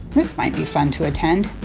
this might be fun to attend.